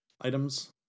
items